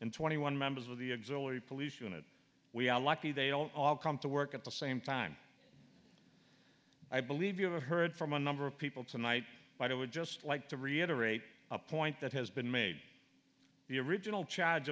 and twenty one members of the exalted police unit we are lucky they don't all come to work at the same time i believe you have heard from a number of people tonight by i would just like to reiterate a point that has been made the original charge